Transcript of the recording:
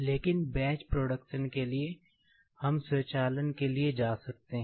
लेकिन batch production के लिए हम स्वचालन के लिए जा सकते हैं